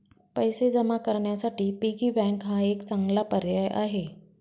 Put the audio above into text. पैसे जमा करण्यासाठी पिगी बँक हा एक चांगला पर्याय आहे